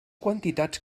quantitats